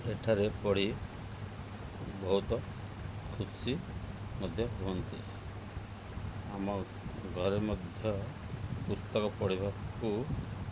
ଏଠାରେ ପଢ଼ି ବହୁତ ଖୁସି ମଧ୍ୟ ହୁଅନ୍ତି ଆମ ଘରେ ମଧ୍ୟ ପୁସ୍ତକ ପଢ଼ିବାକୁ